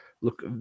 look